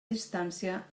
distància